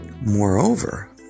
Moreover